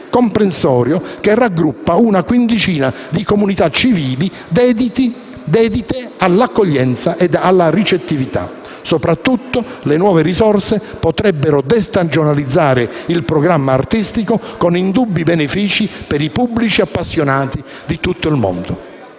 comprensorio che raggruppa una quindicina di comunità civili dedite all'accoglienza ed alla ricettività. Soprattutto, le nuove risorse potrebbero destagionalizzare il programma artistico con indubbi benefici per i pubblici appassionati di tutto il mondo.